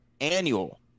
annual